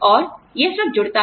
और यह सब जुड़ता है